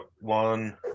one